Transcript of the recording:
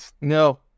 No